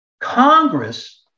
Congress